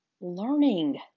learning